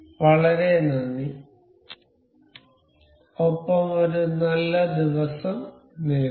വളരെ നന്ദി ഒപ്പം ഒരു നല്ല ദിവസം നേരുന്നു